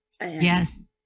Yes